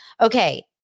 Okay